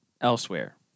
elsewhere